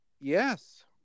Yes